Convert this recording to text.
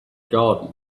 garden